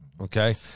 okay